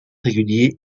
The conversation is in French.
régulier